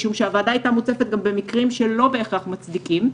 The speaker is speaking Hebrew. משום שהוועדה הייתה מוצפת גם במקרים שלא בהכרח היו מצדיקים,